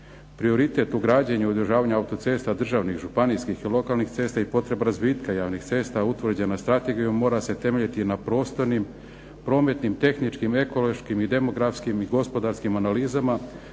Prioritet u građenju i održavanju autocesta državnih, županijskih i lokalnih cesta i potreba razvitka javnih cesta utvrđena strategijom mora se temeljiti na prostornim, prometnim, tehničkim, ekološkim i demografskim i gospodarskim analizama